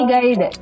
Guide